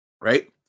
Right